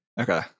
Okay